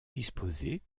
disposés